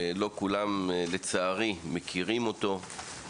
שלא כולם מכירים אותו, לצערי.